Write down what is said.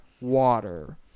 water